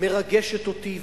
מרגשת אותי,